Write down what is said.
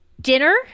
dinner